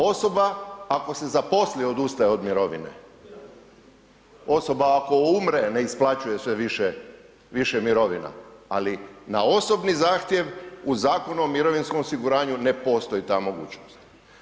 Osoba ako se zaposli odustaje od mirovine, osoba ako umre ne isplaćuje joj se više mirovina, ali na osobni zahtjev u Zakonu o mirovinskom osiguranju ne postoji ta mogućnost.